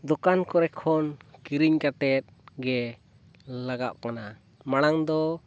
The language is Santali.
ᱫᱚᱠᱟᱱ ᱠᱚᱨᱮ ᱠᱷᱚᱱ ᱠᱤᱨᱤᱧ ᱠᱟᱛᱮᱫ ᱜᱮ ᱞᱟᱜᱟᱜ ᱠᱟᱱᱟ ᱢᱟᱲᱟᱝ ᱫᱚ